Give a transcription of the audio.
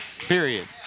Period